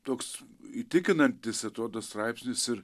toks įtikinantis atrodo straipsnis ir